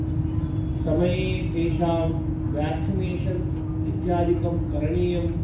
समये तेषां वैक्सीनेषन् इत्यादिकं करणीयम्